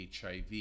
HIV